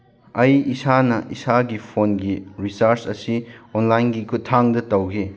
ꯑꯩ ꯏꯁꯥꯅ ꯏꯁꯥꯒꯤ ꯐꯣꯟꯒꯤ ꯔꯤꯆꯥꯔꯖ ꯑꯁꯤ ꯑꯣꯟꯂꯥꯏꯟꯒꯤ ꯈꯨꯠꯊꯥꯡꯗ ꯇꯧꯈꯤ